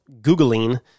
Googling